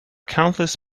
countless